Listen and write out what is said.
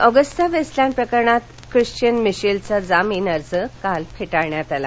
Agusta Westland प्रकरणात Christian मिशेलचा जामीन अर्ज काल फेटाळला